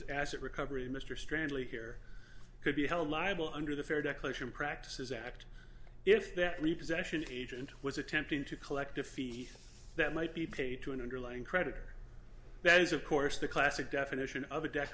as asset recovery mr stranded here could be held liable under the fair debt collection practices act if that repossession agent was attempting to collect a feat that might be paid to an underlying creditor that is of course the classic definition of a debt